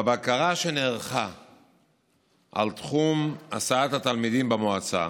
בבקרה שנערכה על תחום הסעת התלמידים במועצה